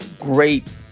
great